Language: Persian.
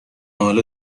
حالا